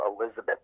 Elizabeth